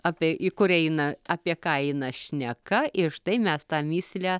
apie į kur eina apie ką eina šneka ir štai mes tą mįslę